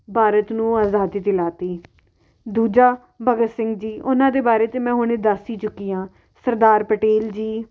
ਭਾਰਤ ਨੂੰ ਆਜ਼ਾਦੀ ਦਿਲਾ ਤੀ ਦੂਜਾ ਭਗਤ ਸਿੰਘ ਜੀ ਉਹਨਾਂ ਦੇ ਬਾਰੇ ਤਾਂ ਮੈਂ ਹੁਣੇ ਦੱਸ ਹੀ ਚੁੱਕੀ ਹਾਂ ਸਰਦਾਰ ਪਟੇਲ ਜੀ